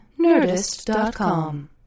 Nerdist.com